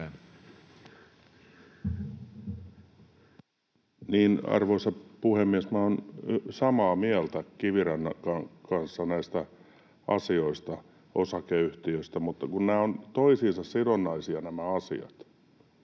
Arvoisa puhemies! Minä olen samaa mieltä Kivirannan kanssa näistä asioista, osakeyhtiöistä, mutta kun nämä ovat toisiinsa sidonnaisia,